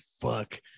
fuck